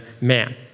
man